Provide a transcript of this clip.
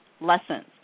lessons